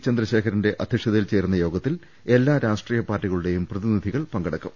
ചന്ദ്രശേഖരന്റെ സാന്നിധൃത്തിൽ ചേരുന്ന യോഗത്തിൽ എല്ലാ രാഷ്ട്രീയ പാർട്ടികളുടേയും പ്രതിനിധികൾ പങ്കെ ടുക്കും